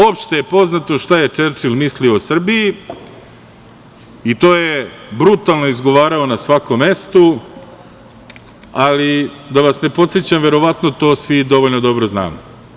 Opšte je poznato šta je Čerčil mislio o Srbiji i to je brutalno izgovarao na svakom mestu, ali da vas ne podsećam, verovatno to svi dovoljno dobro znamo.